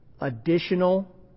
additional